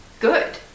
good